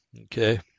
Okay